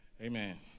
Amen